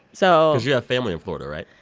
so yeah family in florida, right?